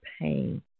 pain